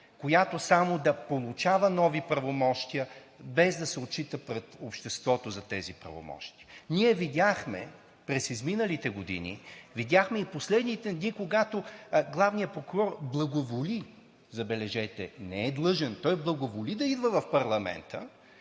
която само да получава нови правомощия, без да се отчита пред обществото за тези правомощия? Ние видяхме през изминалите години, видяхме и последните дни, когато главният прокурор благоволи, забележете, не е длъжен, той благоволи да идва в парламента